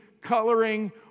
coloring